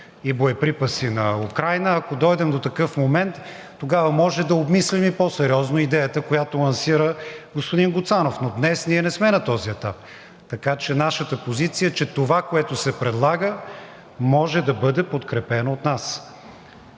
и боеприпаси на Украйна, ако дойдем до такъв момент, тогава можем да обмислим и по-сериозно идеята, която лансира господин Гуцанов. Но днес ние не сме на този етап, така че нашата позиция е, че това, което се предлага, може да бъде подкрепено от нас.